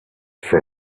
for